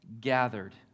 gathered